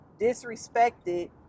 disrespected